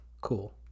Cool